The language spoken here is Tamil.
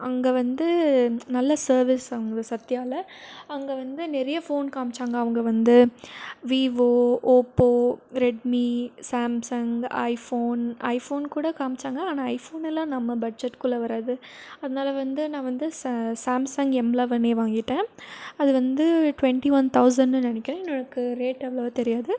அங்கே வந்து நல்ல சர்வீஸ் அவங்க சத்யாவில் அங்கே வந்து நிறைய ஃபோன் காண்மிச்சாங்க அவங்க வந்து Vivo Oppo Redmi Samsung iPhone iPhone கூட காண்மிச்சாங்க ஆனால் ஐஃபோனெல்லாம் நம்ம பட்ஜெட்டுக்குள்ள வராது அதனால வந்து நான் வந்து ச சாம்சங் எம் லெவனே வாங்கிவிட்டேன் அது வந்து டுவென்ட்டி ஒன் தெளசண்ட்னு நினைக்கிறேன் எனக்கு ரேட் அவ்வளோவா தெரியாது